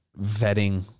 vetting